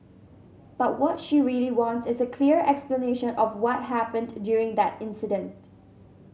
but what she really wants is a clear explanation of what happened during that incident